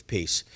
Peace